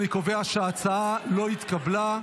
אני קובע שההצעה לא התקבלה.